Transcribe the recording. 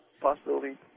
possibility